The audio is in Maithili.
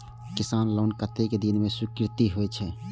किसान लोन कतेक दिन में स्वीकृत होई छै?